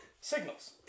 signals